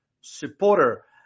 supporter